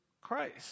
Christ